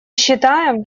считаем